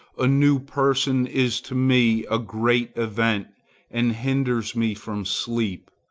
a new person is to me a great event and hinders me from sleep.